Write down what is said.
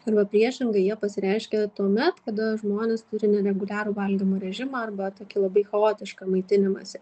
arba priešingai jie pasireiškia tuomet kada žmonės turi ne reguliarų valgymo režimą arba tokį labai chaotišką maitinimąsi